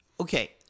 Okay